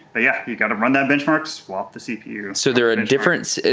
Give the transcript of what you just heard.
but yeah, you got to run that benchmark, swap the cpu. and so there a difference,